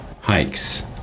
hikes